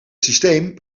systeem